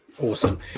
awesome